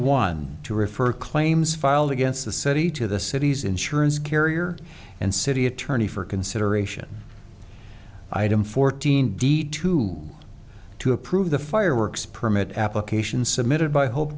one to refer claims filed against the city to the city's insurance carrier and city attorney for consideration item fourteen d two to approve the fireworks permit application submitted by hope